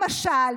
למשל,